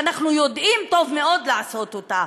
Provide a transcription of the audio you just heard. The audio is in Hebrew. שאנחנו יודעים טוב מאוד לעשות אותה